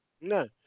No